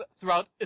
throughout